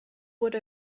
would